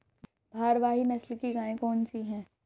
भारवाही नस्ल की गायें कौन सी हैं?